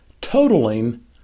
totaling